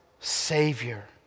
Savior